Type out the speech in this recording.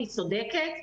והיא צודקת.